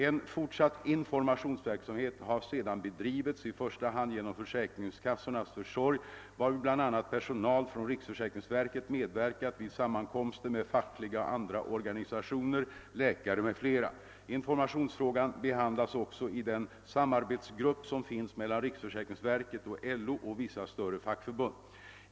En fortsatt informationsverksamhet har sedan bedrivits i första hand genom försäkringskassornas försorg, varvid bl.a. personal från riksförsäkringsverket medverkat vid sammankomster med fackliga och andra organisationer, läkare m.fl. Informationsfrågan behandlas också i den samarbetsgrupp som finns mellan riksförsäkringsverket, LO och vissa större fackförbund.